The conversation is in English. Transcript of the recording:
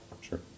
Sure